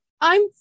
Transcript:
I'm